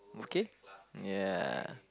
okay ya